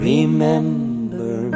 Remember